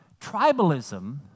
Tribalism